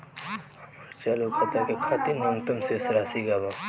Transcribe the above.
हमार चालू खाता के खातिर न्यूनतम शेष राशि का बा?